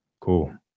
cool